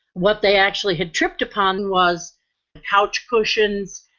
what they actually had tripped upon was couch cushions,